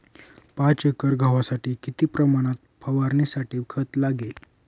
पाच एकर गव्हासाठी किती प्रमाणात फवारणीसाठी खत लागेल?